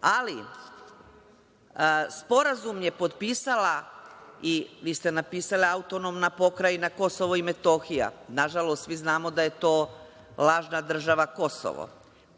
Ali, Sporazum je potpisala, i vi ste napisali AP Kosovo i Metohija, nažalost, svi znamo da je to lažna država Kosovo.